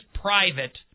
private